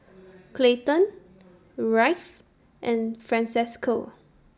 Clayton Wright and Francesco